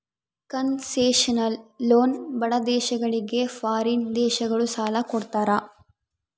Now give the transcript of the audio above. concessional loan ಬಡ ದೇಶಗಳಿಗೆ foreign ದೇಶಗಳು ಸಾಲ ಕೊಡ್ತಾರ